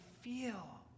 feel